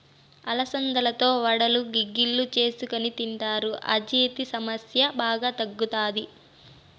అలసందలతో వడలు, గుగ్గిళ్ళు చేసుకొని తింటారు, అజీర్తి సమస్య బాగా తగ్గుతాది